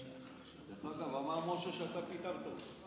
דרך אגב, אמר משה שאתה פיטרת אותו.